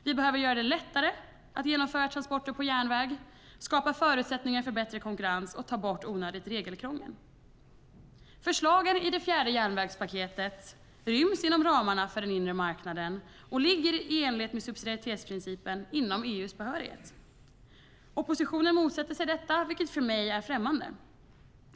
Vi behöver göra det lättare att genomföra transporter på järnväg, skapa förutsättningar för bättre konkurrens och ta bort onödigt regelkrångel. Förslagen i fjärde järnvägspaketet ryms inom ramarna för den inre marknaden och ligger i enlighet med subsidiaritetsprincipen inom EU:s behörighet. Oppositionen motsätter sig detta, vilket för mig är främmande.